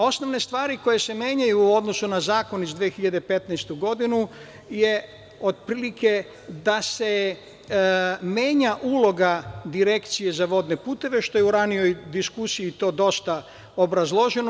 Osnovne stvari koje se menjaju u odnosu na Zakon iz 2015. godine je otprilike da se menja uloga Direkcije za vodne puteve, što je u ranijoj diskusiji to dosta obrazloženo.